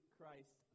Christ